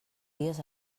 dies